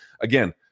again